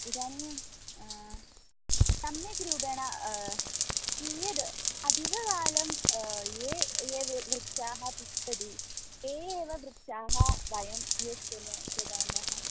इदानीं सम्यक् रूपेण कियद् अधिककालं ये ये वृक्षाः तिष्ठन्ति ते एव वृक्षाः वयं येस् कृतवन्तः